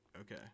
Okay